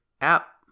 app